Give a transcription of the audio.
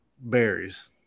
berries